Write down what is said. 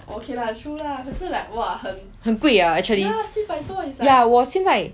很贵 ah actually ya 我现在